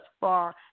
far